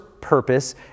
purpose